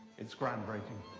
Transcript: it's groundbreaking.